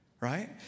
right